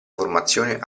formazione